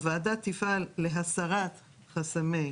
הוועדה תפעל להסרת חסמי